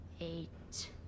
Eight